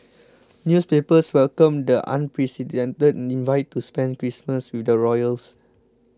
newspapers welcomed the unprecedented invite to spend Christmas with the royals